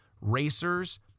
racers